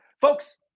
Folks